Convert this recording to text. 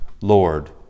Lord